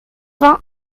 vingt